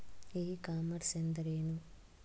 E commerce ಎಂದರೇನು?